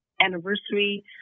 anniversary